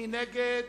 מי נגד?